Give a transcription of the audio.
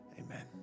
Amen